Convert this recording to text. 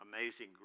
Amazing